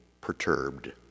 perturbed